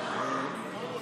אין נמנעים.